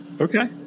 okay